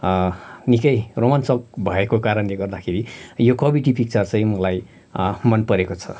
निकै रोमञ्चक भएको कारणले गर्दाखेरि यो कबड्डी पिक्चर चाहिँ मलाई मन परेको छ